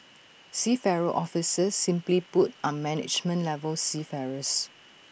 seafarer officers simply put are management level seafarers